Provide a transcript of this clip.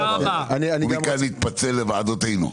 ומכאן נתפצל לוועדותינו.